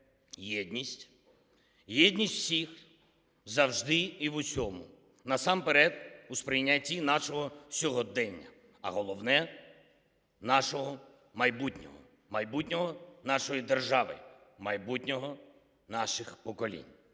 єдність. Єдність всіх завжди і в усьому, насамперед у сприйнятті нашого сьогодення, а головне – нашого майбутнього, майбутнього нашої держави, майбутнього наших поколінь.